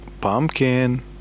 pumpkin